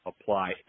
apply